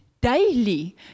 daily